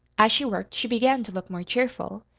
as she worked she began to look more cheerful.